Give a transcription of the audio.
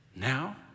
now